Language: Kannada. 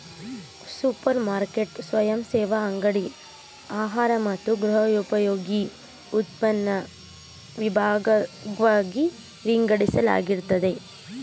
ಸೂಪರ್ ಮಾರ್ಕೆಟ್ ಸ್ವಯಂಸೇವಾ ಅಂಗಡಿ ಆಹಾರ ಮತ್ತು ಗೃಹೋಪಯೋಗಿ ಉತ್ಪನ್ನನ ವಿಭಾಗ್ವಾಗಿ ವಿಂಗಡಿಸಲಾಗಿರ್ತದೆ